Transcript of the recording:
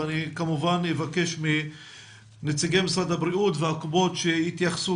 ואני כמובן אבקש מנציגי משרד הבריאות והקופות שיתייחסו